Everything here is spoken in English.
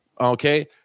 okay